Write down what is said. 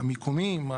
המיקומים,